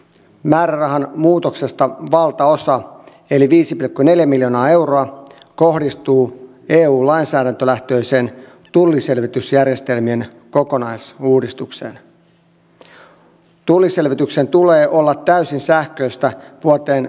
määrärahan muutoksesta valtaosa eli viisi pilkku neljä miljoonaa sekin mikä löytyy sieltä liikennevaliokunnan lausunnosta että miten voi olla täysin sähköistä vuoteen